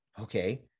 Okay